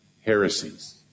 Heresies